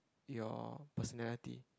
your personality